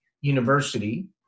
University